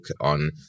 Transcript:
on